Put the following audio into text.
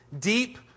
Deep